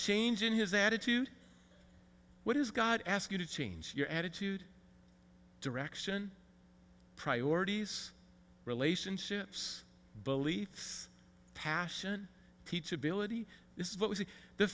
change in his attitude what does god ask you to change your attitude direction priorities relationships beliefs passion teach ability this is what was in the